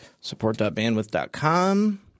support.bandwidth.com